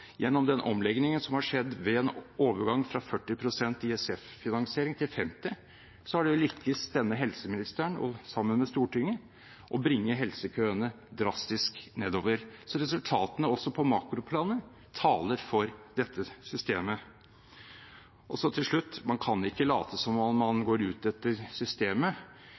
gjennom den omleggingen som har skjedd ved en overgang fra 40 pst. ISF-finansiering til 50 pst., at det har lyktes denne helseministeren, sammen med Stortinget, å bringe helsekøene drastisk nedover. Resultatene også på makroplan taler for dette systemet. Til slutt: Man kan ikke late som om man er ute etter systemet